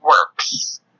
works